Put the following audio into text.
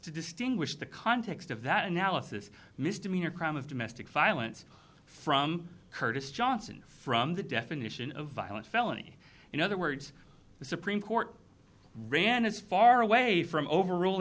to distinguish the context of that analysis misdemeanor crime of domestic violence from curtis johnson from the definition of violent felony in other words the supreme court ran as far away from over